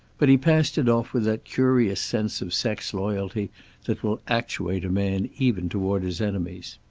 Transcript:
but he passed it off with that curious sense of sex loyalty that will actuate a man even toward his enemies.